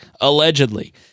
allegedly